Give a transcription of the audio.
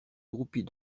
groupie